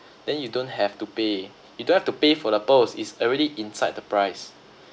then you don't have to pay you don't have to pay for the pearls it's already inside the price